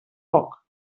foc